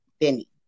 Benny